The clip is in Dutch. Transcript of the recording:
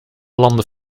landen